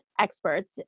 experts